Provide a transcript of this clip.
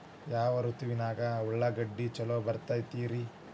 ಯಾವ ಋತುವಿನಾಗ ಉಳ್ಳಾಗಡ್ಡಿ ಛಲೋ ಬೆಳಿತೇತಿ ರೇ?